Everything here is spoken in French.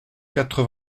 quatre